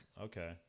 Okay